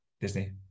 Disney